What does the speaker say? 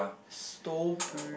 stupid